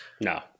no